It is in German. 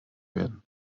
werden